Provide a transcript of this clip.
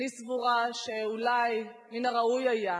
אני סבורה שאולי מן הראוי היה